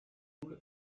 toul